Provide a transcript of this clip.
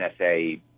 NSA